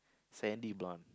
sandy blonde